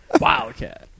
Wildcat